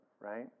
right